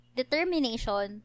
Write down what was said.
determination